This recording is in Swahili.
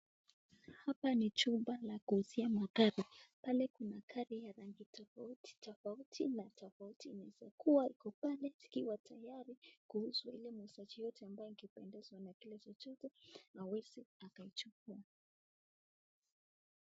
Hapa ni chumba la kuuzia magari , pale kuna gari ya rangi tafauti tafauti na tafauti inaeza kuwa iko pale ikiwa tayari kuuza kila muuzaji yote ingependezwa kile chochote aweze akaichukua.